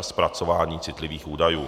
zpracování citlivých údajů.